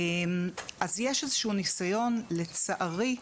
אז יש איזשהו ניסיון, לצערי,